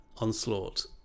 onslaught